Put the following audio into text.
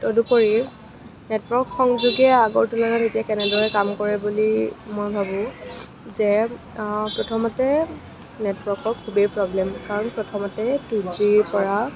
তদুপৰি নেটৱৰ্ক সংযোগে আগৰ তুলনাত এতিয়া কেনেদৰে কাম কৰে বুলি ক'লে মই ভাবোঁ যে প্ৰথমতে নেটৱৰ্কৰ খুবেই প্ৰব্লেম কাৰণ প্ৰথমতে টু জি ৰ পৰা